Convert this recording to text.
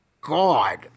God